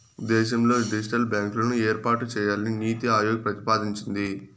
దేశంలో డిజిటల్ బ్యాంకులను ఏర్పాటు చేయాలని నీతి ఆయోగ్ ప్రతిపాదించింది